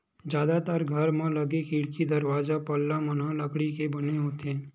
जादातर घर म लगे खिड़की, दरवाजा, पल्ला मन ह लकड़ी के बने होथे